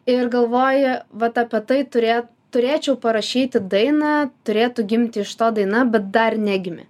ir galvoji vat apie tai turė turėčiau parašyti dainą turėtų gimti iš to daina bet dar negimė